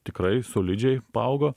tikrai solidžiai paaugo